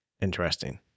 interesting